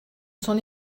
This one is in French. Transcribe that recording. son